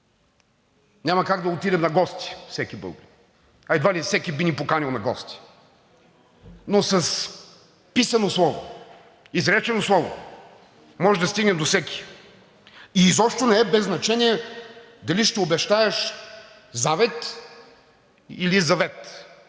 няма как да отидем на гости у всеки българин, а едва ли и всеки би ни поканил на гости, но с писано слово, изречено слово може да стигнем до всеки! И изобщо не е без значение дали ще обещаеш зáвет или завѐт,